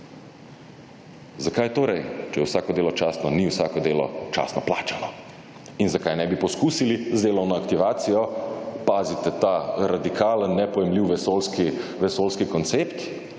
Zakaj torej, če je vsako delo častno, ni vsako delo časno plačano? In zakaj nebi poskusili z delovno aktivacijo - pazite ta radikalen, nepojmljiv, vesoljski koncept